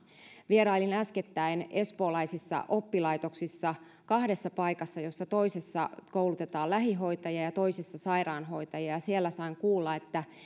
vierailin äskettäin espoolaisissa oppilaitoksissa kahdessa paikassa joista toisessa koulutetaan lähihoitajia ja toisessa sairaanhoitajia ja siellä sain kuulla että